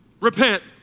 Repent